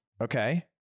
Okay